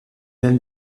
même